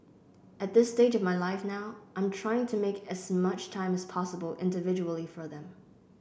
at this stage of my life now I'm trying to make as much time as possible individually for them